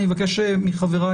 אני אבקש מחבריי,